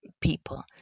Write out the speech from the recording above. people